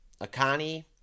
Akani